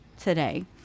today